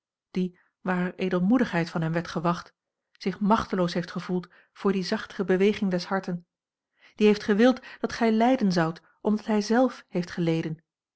die waar er edelmoedigheid van hem werd gewacht zich machteloos heeft gevoeld voor die zachtere beweging des harten die heeft gewild dat gij lijden zoudt omdat hij zelf heeft geleden